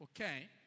okay